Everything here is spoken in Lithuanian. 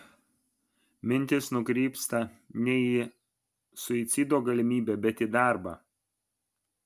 mintys nukrypsta ne į suicido galimybę bet į darbą